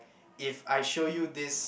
if I show you this